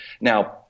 Now